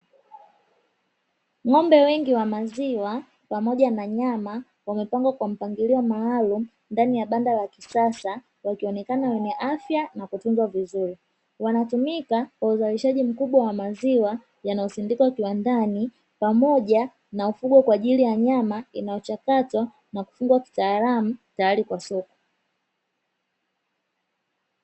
Ng'ombe wengi wa maziwa pamoja na nyama, wamepangwa kwa mpangilio maalumu ndani ya banda la kisasa, wakionekana wenye afya na kutunzwa vizuri, wanatumika kwa uzalishaji mkubwa wa maziwa yanayosindikwa kiwandani, pamoja na ufugo kwaajili ya nyama, inayochakatwa na kufungwa kitaalamu tayari kwa soko.